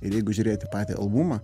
ir jeigu žiūrėti patį albumą